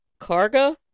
Carga